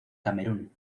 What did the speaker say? camerún